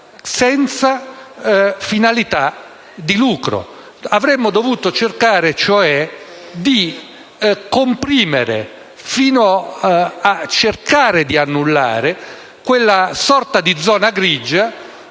senza finalità di lucro. Avremmo dovuto, cioè, comprimere fino a tentare di annullare quella sorta di zona grigia